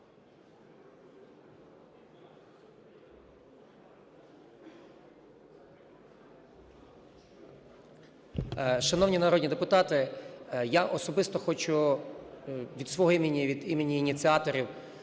Шановні народні депутати! Я особисто хочу від свого імені і від імені ініціаторів